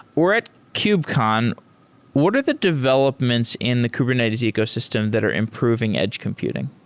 we're at kubcon. what are the developments in the kubernetes ecosystem that are improving edge computing?